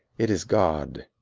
it is god.